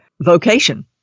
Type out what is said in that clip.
vocation